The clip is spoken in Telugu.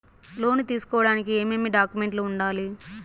లోను తీసుకోడానికి ఏమేమి డాక్యుమెంట్లు ఉండాలి